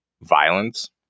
violence